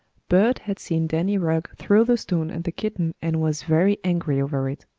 bert had seen danny rugg throw the stone at the kitten and was very angry over it.